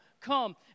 come